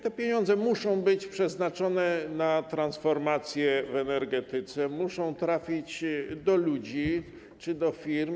Te pieniądze muszą być przeznaczone na transformację energetyki, muszą trafić do ludzi czy do firm.